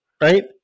Right